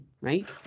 right